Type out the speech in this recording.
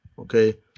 Okay